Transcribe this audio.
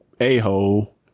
a-hole